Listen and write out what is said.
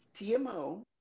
TMO